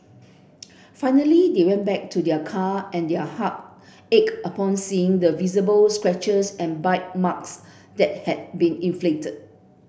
finally they went back to their car and their heart ached upon seeing the visible scratches and bite marks that had been inflicted